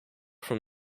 from